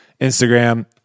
Instagram